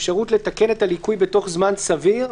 האפשרות לתקן את הליקוי בתוך זמן סביר,